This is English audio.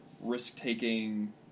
risk-taking